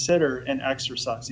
center and exercise